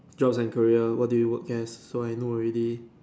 jobs and career what do you work as so I know already